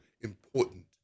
important